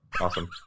Awesome